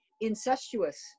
incestuous